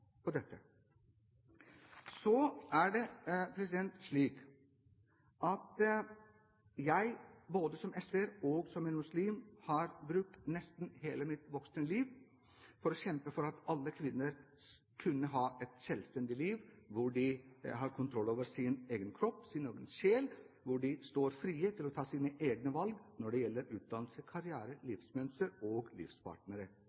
Så er det slik at jeg, både som SV-er og som muslim, har brukt nesten hele mitt voksne liv på å kjempe for at alle kvinner skal ha et selvstendig liv hvor de har kontroll over sin egen kropp, sin egen sjel, og hvor de står fritt til å ta sine egne valg når det gjelder utdannelse, karriere,